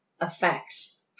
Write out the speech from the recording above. affects